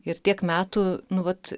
ir tiek metų nu vat